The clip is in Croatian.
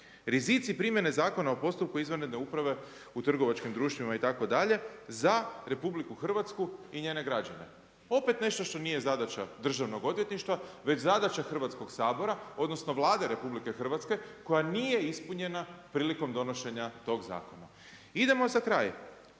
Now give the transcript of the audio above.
Rizici primjene zakona o postupku izvanredne uprave u trgovačkim društvima itd., za RH i njene građane. Opet nešto što nije zadaća državnog odvjetništva, već zadaća Hrvatskog sabora, odnosno Vlade RH, koja nije ispunjena prilikom donošenja tog zakona. Idemo za kraj,